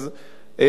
אני חושב,